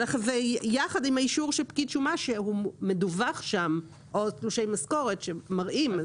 יחד עם האישור של פקיד שומה שהוא מדווח שם או תלושי משכורת שמראים.